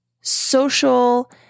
social